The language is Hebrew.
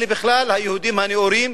אלה בכלל היהודים הנאורים,